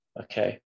Okay